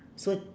so